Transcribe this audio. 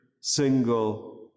single